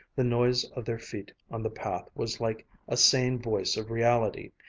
the noise of their feet on the path was like a sane voice of reality.